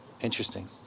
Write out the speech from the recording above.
Interesting